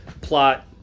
plot